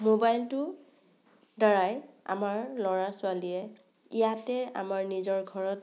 মোবাইলটোৰ দ্বাৰাই আমাৰ ল'ৰা ছোৱালীয়ে ইয়াতে আমাৰ নিজৰ ঘৰত